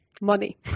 money